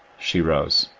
she rose.